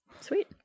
Sweet